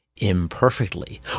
imperfectly